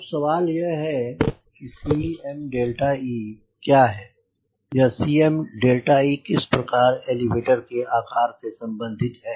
अब सवाल यह है कि Cme क्या है यह Cme किस प्रकार एलीवेटर के आकार से संबंधित है